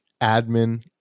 admin